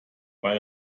bei